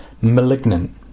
malignant